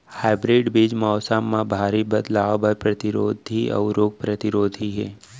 hybrid बीज मौसम मा भारी बदलाव बर परतिरोधी अऊ रोग परतिरोधी हे